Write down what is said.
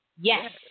Yes